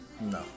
No